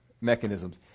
mechanisms